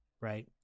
right